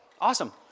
Awesome